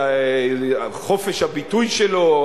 חופש הביטוי שלו,